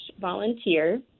volunteer